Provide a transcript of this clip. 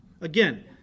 again